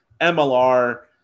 MLR